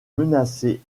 menacée